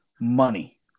money